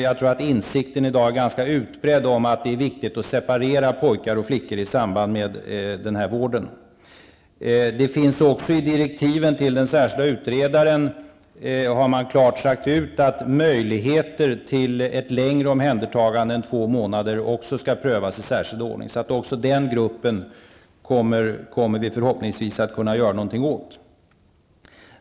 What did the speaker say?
Jag tror att insikten i dag är utbredd om att det är viktigt att separera pojkar och flickor i samband med vården. I direktiven till den särskilda utredaren har det klart sagts att möjligheter till ett längre omhändertagande än två månader också skall prövas i särskild ordning. Även den gruppen av vårdnadstagare kommer vi förhoppningsvis att kunna göra något åt.